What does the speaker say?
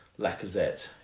Lacazette